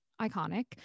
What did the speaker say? iconic